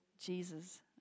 Jesus